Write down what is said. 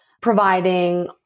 providing